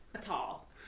Tall